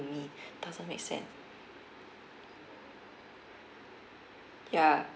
me doesn't make sense ya